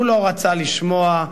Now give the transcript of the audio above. הוא לא רצה לשמוע,